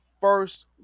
first